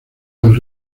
del